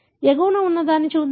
ఎగువన ఉన్నదాన్ని చూద్దాం